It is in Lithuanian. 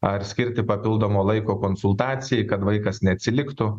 ar skirti papildomo laiko konsultacijai kad vaikas neatsiliktų